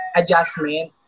adjustment